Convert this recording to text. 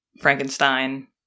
Frankenstein